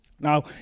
Now